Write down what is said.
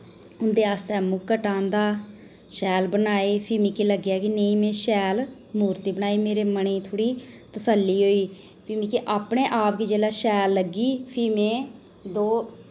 उंदे आस्तै मुकट आंह्दा शैल बनाए फ्ही मिकी लग्गेआ कि नेईं में शैल मूर्ति बनाई मेरे मनै ई थोह्ड़ी तसल्ली होई फ्ही मिकी अपने आप गी जेल्लै शैल लग्गी फ्ही में दो